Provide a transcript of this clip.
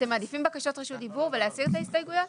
אתם מעדיפים בקשות רשות דיבור ולהסיר את ההסתייגויות?